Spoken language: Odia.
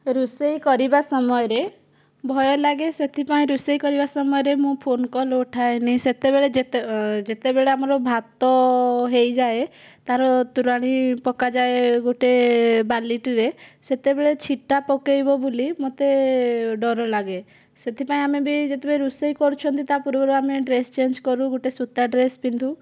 ରୋଷେଇ କରିବା ସମୟରେ ଭୟ ଲାଗେ ସେଥିପାଇଁ ରୋଷେଇ କରିବା ସମୟରେ ମୁଁ ଫୋନ୍ କଲ୍ ଉଠାଏନି ସେତେବେଳେ ଯେତେବେଳେ ଆମର ଭାତ ହୋଇଯାଏ ତାର ତୋରାଣୀ ପକାଯାଏ ଗୋଟିଏ ବାଲ୍ଟିରେ ସେତେବେଳେ ଛିଟା ପକେଇବ ବୋଲି ମୋତେ ଡର ଲାଗେ ସେଥିପାଇଁ ଆମେ ବି ଯେତେବେଳେ ରୋଷେଇ କରୁଛନ୍ତି ତା ପୂର୍ବରୁ ଆମେ ଡ୍ରେସ ଚେଞ୍ଜ କରୁ ଗୋଟିଏ ସୂତା ଡ୍ରେସ୍ ପିନ୍ଧୁ